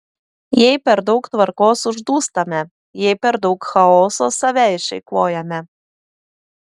jei per daug tvarkos uždūstame jei per daug chaoso save išeikvojame